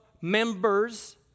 members